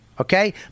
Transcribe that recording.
Okay